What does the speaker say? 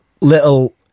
little